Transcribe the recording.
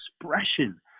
expression